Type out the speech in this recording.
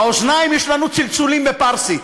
באוזניים יש לנו צלצולים בפרסית.